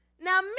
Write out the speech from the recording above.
Now